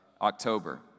October